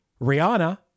Rihanna